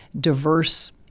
diverse